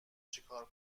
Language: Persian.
چیکار